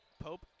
Pope